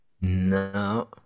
No